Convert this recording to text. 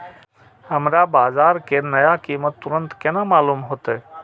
हमरा बाजार के नया कीमत तुरंत केना मालूम होते?